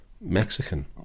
Mexican